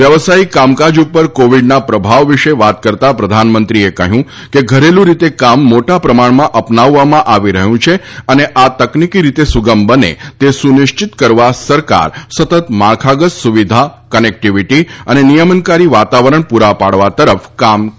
વ્યવસાયિક કામકાજ પર કોવીડના પ્રભાવ વિશે વાત કરતાં પ્રધાનમંત્રીએ કહ્યું કે ધરેલુ રીતે કામ મોટા પ્રમાણમાં અપનાવવામાં આવી રહ્યું છે અને આ તકનીકી રીતે સુગમ બને તે સુનિશ્ચિત કરવા સરકાર સતત માળખાગત સુવિધા કનેક્ટિવિટી અને નિયમનકારી વાતાવરણ પૂરા પાડવા તરફ કામ કરી રહી છે